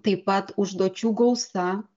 taip pat užduočių gausa